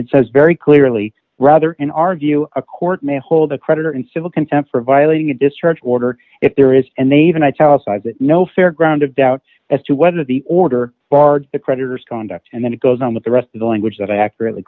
it says very clearly rather than argue a court may hold a creditor in civil contempt for violating a discharge order if there is and they even i tell aside that no fair ground of doubt as to whether the order barred the creditors conduct and then it goes on with the rest of the language that i accurately